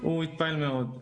הוא התפעל מאוד.